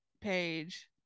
page